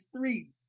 three